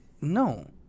no